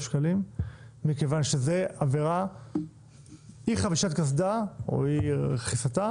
שקלים מכיוון שאי חבישת קסדה או אי רכיסתה,